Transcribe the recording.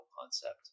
concept